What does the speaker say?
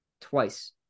twice